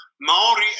Maori